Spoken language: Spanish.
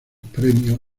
premios